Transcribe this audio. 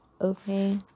okay